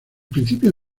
principio